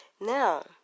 now